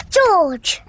George